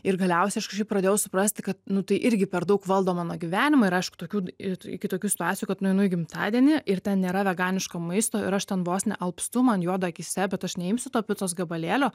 ir galiausiai aš kažkaip pradėjau suprasti kad nu tai irgi per daug valdo mano gyvenimą ir aišku tokių iki kitokių situacijų kad nueinu į gimtadienį ir ten nėra veganiško maisto ir aš ten vos nealpstu man juoda akyse bet aš neimsiu to picos gabalėlio